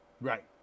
Right